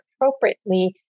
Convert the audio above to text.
appropriately